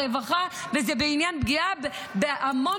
זה בעניין הפגיעה ברווחה וזה בעניין הפגיעה בהמון